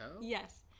Yes